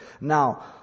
Now